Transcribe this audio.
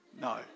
no